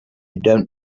don’t